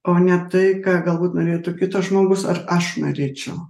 o ne tai ką galbūt norėtų kitas žmogus ar aš norėčiau